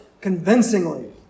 convincingly